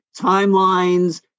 timelines